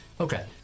Okay